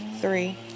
three